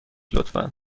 لطفا